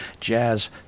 jazz